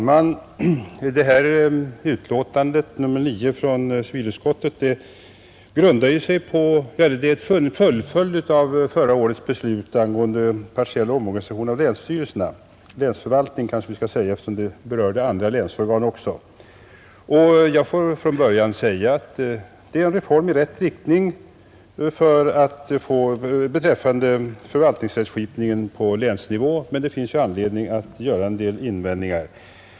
Herr talman! Civilutskottets betänkande nr 9 är en fullföljd av förra årets beslut angående partiell omorganisation av länsstyrelserna — kanske skall vi säga länsförvaltningen, eftersom den berörde också andra länsorgan. Från början vill jag säga ifrån att detta är en reform i rätt riktning beträffande förvaltningsrättskipningen på länsnivå. Men det finns anledning att göra en del invändningar.